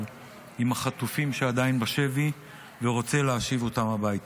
עם החטופים שעדיין בשבי ורוצה להשיב אותם הביתה.